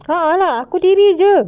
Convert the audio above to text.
ah ah lah aku diri jer